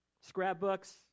Scrapbooks